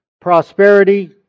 prosperity